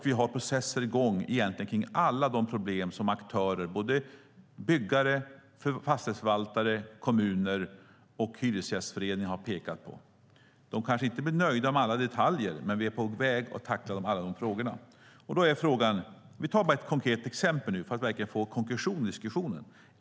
Vi har processer i gång för alla de problem som byggare, förvaltare, kommuner och Hyresgästföreningen har pekat på. De kanske inte blir nöjda med alla detaljer, men vi är på väg att tackla alla dessa frågor. Låt oss ta ett exempel för att få konkretion i diskussionen.